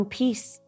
peace